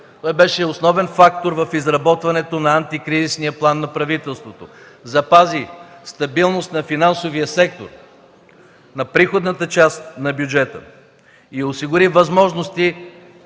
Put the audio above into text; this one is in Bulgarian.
той беше основен фактор в изработването на антикризисния план на правителството; запази стабилност на финансовия сектор, на приходната част на бюджета и осигури възможности